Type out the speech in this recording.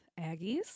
Aggies